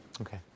Okay